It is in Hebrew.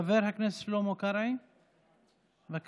חבר הכנסת שלמה קרעי, בבקשה.